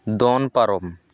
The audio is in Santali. ᱫᱚᱱ ᱯᱟᱨᱚᱢ